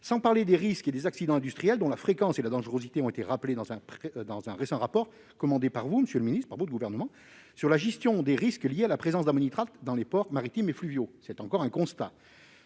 sans parler des risques et des accidents industriels, dont la fréquence et la dangerosité ont été rappelées dans un récent rapport commandé par votre gouvernement, monsieur le ministre, sur la gestion des risques liés à la présence d'ammonitrates dans les ports maritimes et fluviaux- c'est, là encore, un simple constat.